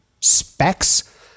specs